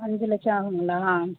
அஞ்சு லட்சம் ஆகுதுங்களா